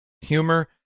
humor